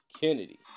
Kennedy